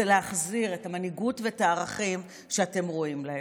להחזיר את המנהיגות ואת הערכים שאתם ראויים להם.